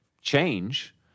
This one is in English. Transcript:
change